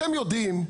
אתם יודעים,